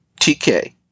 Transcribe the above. TK